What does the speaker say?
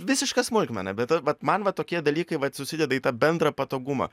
visiška smulkmena bet vat man va tokie dalykai vat susideda į tą bendrą patogumą